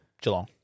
Geelong